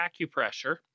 acupressure